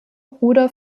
bruder